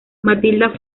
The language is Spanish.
matilda